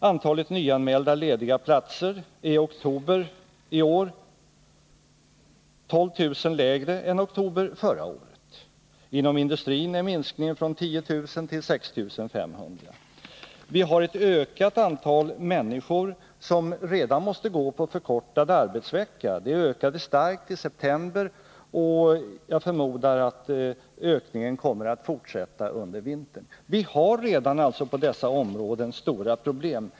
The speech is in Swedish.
Antalet nyanmälda lediga platser i oktober i år är 12 000 lägre än i oktober förra året. Inom industrin har en minskning skett från 10 000 till 6 500. Det har redan skett en ökning av antalet människor som drabbats av förkortad arbetsvecka. Det antalet ökade starkt i september, och jag förmodar att ökningen kommer att fortsätta under vintern. Vi har alltså på dessa områden stora problem.